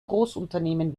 großunternehmen